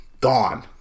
gone